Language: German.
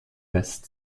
west